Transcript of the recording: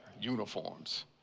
uniforms